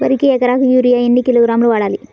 వరికి ఎకరాకు యూరియా ఎన్ని కిలోగ్రాములు వాడాలి?